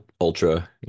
ultra